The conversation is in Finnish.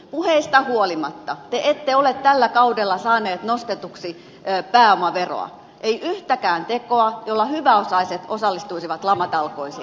puheista huolimatta te ette ole tällä kaudella saanut nostetuksi pääomaveroa ei yhtäkään tekoa jolla hyväosaiset osallistuisivat lamatalkoisiin